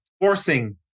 forcing